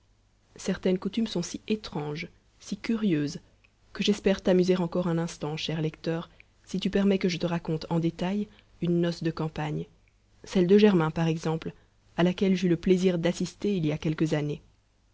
certaines coutumes sont si étranges si curieuses que j'espère t'amuser encore un instant cher lecteur si tu permets que je te raconte en détail une noce de campagne celle de germain par exemple à laquelle j'eus le plaisir d'assister il y a quelques années